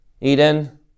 Eden